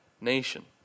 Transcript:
nation